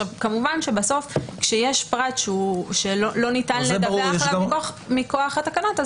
כמובן שבסוף כאשר יש פרט שלא ניתן לדווח עליו מכוח התקנות,